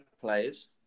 players